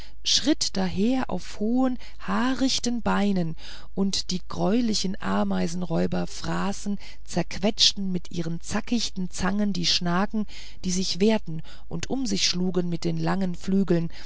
schritt daher auf hohen haarichten beinen und die greulichen ameisenräuber faßten zerquetschten mit ihren zackichten zangen die schnacken die sich wehrten und um sich schlugen mit den langen flügeln